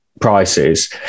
prices